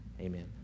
Amen